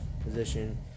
position